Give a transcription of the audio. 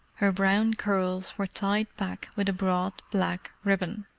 her brown curls were tied back with a broad black ribbon.